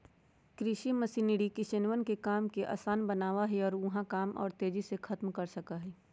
कृषि मशीनरी किसनवन के काम के आसान बनावा हई और ऊ वहां काम के और भी तेजी से खत्म कर सका हई